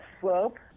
Slope